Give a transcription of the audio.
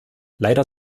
leider